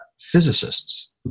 physicists